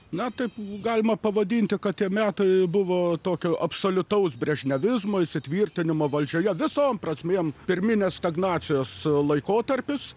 na taip galima pavadinti kad tie metai buvo tokio absoliutaus brežnevizmo įsitvirtinimo valdžioje visom prasmėm pirminės stagnacijos laikotarpis